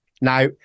Now